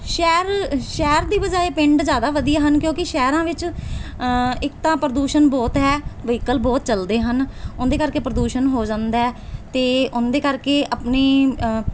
ਸ਼ਹਿਰ ਸ਼ਹਿਰ ਦੀ ਬਜਾਏ ਪਿੰਡ ਜ਼ਿਆਦਾ ਵਧੀਆ ਹਨ ਕਿਉਂਕਿ ਸ਼ਹਿਰਾਂ ਵਿੱਚ ਇੱਕ ਤਾਂ ਪ੍ਰਦੂਸ਼ਣ ਬਹੁਤ ਹੈ ਵਹੀਕਲ ਬਹੁਤ ਚੱਲਦੇ ਹਨ ਉਹਨਾਂ ਦੇ ਕਰਕੇ ਪ੍ਰਦੂਸ਼ਣ ਹੋ ਜਾਂਦਾ ਅਤੇ ਉਹਨਾਂ ਦੇ ਕਰਕੇ ਆਪਣੀ